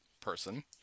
Person